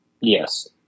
Yes